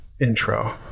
intro